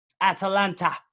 Atalanta